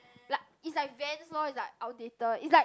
like is like Vans lor is like outdated is like